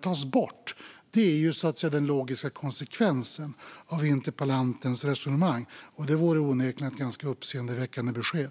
tas bort? Det är den logiska konsekvensen av interpellantens resonemang, och det vore onekligen ett ganska uppseendeväckande besked.